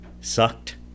sucked